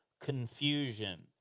confusion